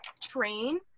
train